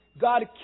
God